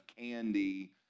candy